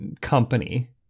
company